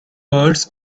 birds